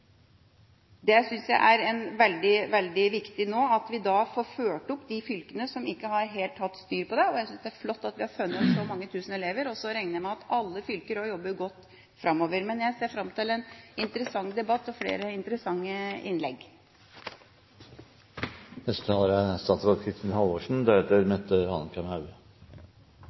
veldig viktig at vi får ført opp de fylkene som ikke helt har hatt styr på det. Jeg synes det er flott at vi har funnet så mange tusen elever. Så regner jeg med at alle fylker også jobber godt framover. Jeg ser fram til en interessant debatt og flere interessante innlegg. Det er